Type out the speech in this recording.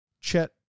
Chet